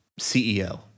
CEO